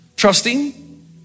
Trusting